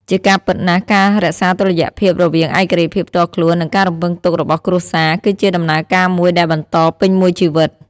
ជាការពិតណាស់ ការរក្សាតុល្យភាពរវាងឯករាជ្យភាពផ្ទាល់ខ្លួន និងការរំពឹងទុករបស់គ្រួសារ គឺជាដំណើរការមួយដែលបន្តពេញមួយជីវិត។